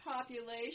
population